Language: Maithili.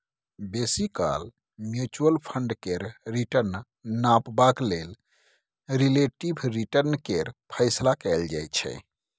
बेसी काल म्युचुअल फंड केर रिटर्न नापबाक लेल रिलेटिब रिटर्न केर फैसला कएल जाइ छै